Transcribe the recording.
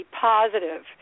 positive